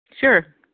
Sure